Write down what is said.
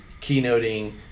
keynoting